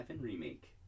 Remake